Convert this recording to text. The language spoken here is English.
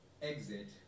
Exit